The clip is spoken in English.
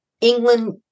England